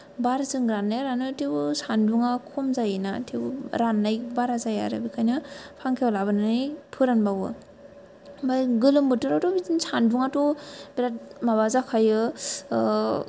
बारजों रान्नाया रानो थेवबो सानदुंआ खम जायो ना थेवबो रान्नाय बारा जाया आरो बेखायनो फांखायाव लाबोनानै फोरानबावो ओमफ्राय गोलोम बोथोरावथ' बिदिनो सानदुंआथ' बेराद माबा जाखायो